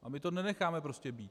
A my to nenecháme prostě být.